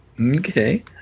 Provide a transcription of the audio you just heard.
Okay